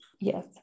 Yes